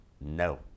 no